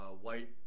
white